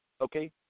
okay